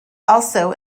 also